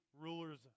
Rulers